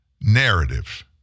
narrative